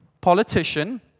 politician